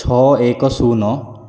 ଛଅ ଏକ ଶୂନ